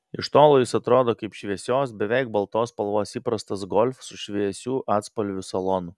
iš tolo jis atrodo kaip šviesios beveik baltos spalvos įprastas golf su šviesių atspalvių salonu